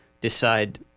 decide